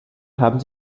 haben